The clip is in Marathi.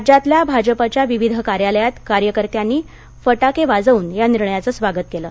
राज्यातल्या भाजपाच्या विविध कार्यालयांत कार्यकर्त्यांनी फटके वाजवून या निर्णयाचं स्वागत केलं